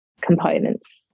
components